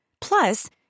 Plus